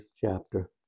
chapter